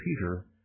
Peter